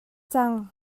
cang